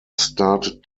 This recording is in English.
started